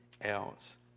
else